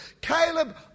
Caleb